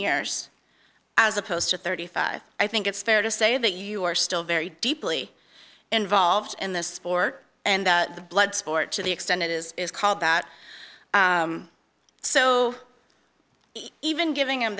years as opposed to thirty five i think it's fair to say that you are still very deeply involved in this sport and the blood sport to the extent it is is called that so even giving